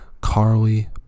Carly